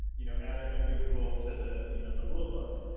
you know, adding a new rule to the you know the rulebook.